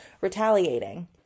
retaliating